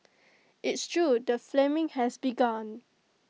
it's true the flaming has begun